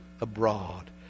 abroad